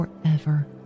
forever